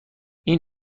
این